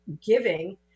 giving